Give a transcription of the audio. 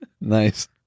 Nice